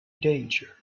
danger